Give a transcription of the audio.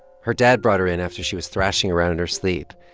her dad brought her in after she was thrashing around in her sleep.